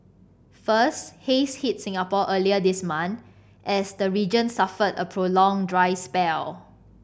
first haze hit Singapore earlier this month as the region suffered a prolonged dry spell